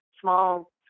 small